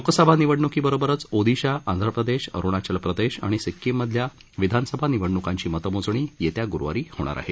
लोकसभा निवडण्कीबरोबरच ओदिशा आंध्र प्रदेश अरुणाचल प्रदेश आणि सिक्कीममधल्या विधानसभा निवडण्कांची मतमोजणी येत्या ग्रुवारी होणार आहे